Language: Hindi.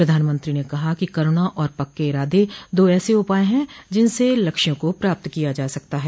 प्रधानमंत्रो ने कहा कि करुणा और पक्के इराद दो ऐस उपाय है जिनसे लक्ष्यों को प्राप्त किया जा सकता है